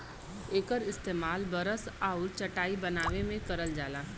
एकर इस्तेमाल बरस आउर चटाई बनाए में करल जाला